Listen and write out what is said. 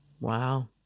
Wow